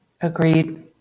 Agreed